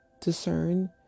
discern